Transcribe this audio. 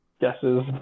guesses